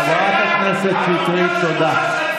חברת הכנסת שטרית, תודה.